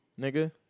nigga